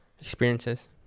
Experiences